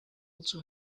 also